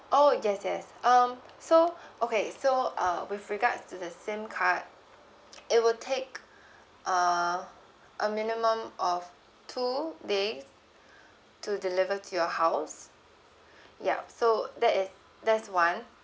oh yes yes um so okay so uh with regards to the same card it will take uh a minimum of two days to deliver to your house yup so that is that's one